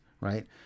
right